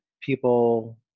people